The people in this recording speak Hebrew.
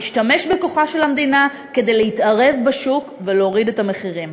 להשתמש בכוחה של המדינה כדי להתערב בשוק ולהוריד את המחירים.